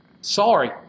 Sorry